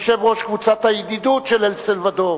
שגרירת הרפובליקה של אל-סלבדור